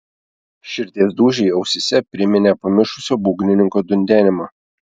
širdies dūžiai ausyse priminė pamišusio būgnininko dundenimą